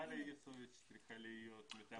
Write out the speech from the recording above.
טלי איסוביץ צריכה להיות מטעם